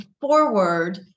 forward